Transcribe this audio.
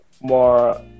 more